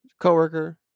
coworker